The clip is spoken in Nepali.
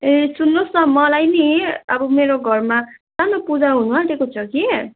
ए सुन्नुहोस् न मलाई नि अब मेरो घरमा सानो पूजा हुनआँटेको छ कि